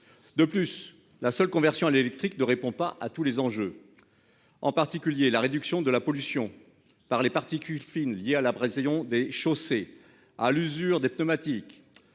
De plus, la seule conversion à l'électrique ne répond pas à tous les enjeux. En particulier la réduction de la pollution par les particules fines, liées à la précision des chaussées à l'usure des pneumatiques.